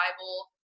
Bible